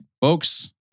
Folks